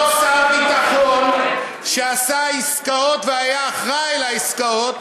אותו שר ביטחון שעשה עסקאות, והיה אחראי לעסקאות,